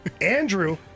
Andrew